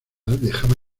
dejaba